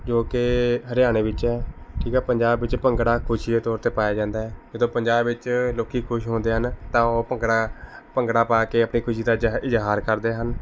ਜੋ ਕਿ ਹਰਿਆਣੇ ਵਿੱਚ ਹੈ ਠੀਕ ਹੈ ਪੰਜਾਬ ਵਿੱਚ ਭੰਗੜਾ ਖੁਸ਼ੀ ਦੇ ਤੌਰ 'ਤੇ ਪਾਇਆ ਜਾਂਦਾ ਹੈ ਜਦੋਂ ਪੰਜਾਬ ਵਿੱਚ ਲੋਕ ਖੁਸ਼ ਹੁੰਦੇ ਹਨ ਤਾਂ ਉਹ ਭੰਗੜਾ ਭੰਗੜਾ ਪਾ ਕੇ ਆਪਣੀ ਖੁਸ਼ੀ ਦਾ ਜਾਹਿ ਇਜ਼ਹਾਰ ਕਰਦੇ ਹਨ